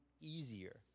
easier